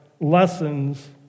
lessons